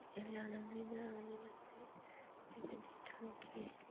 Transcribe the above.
लानानैनो आंनि मोनसे बेबादि थांखि